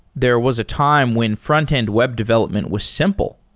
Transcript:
there was a time when frontend web development was simple.